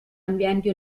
ambienti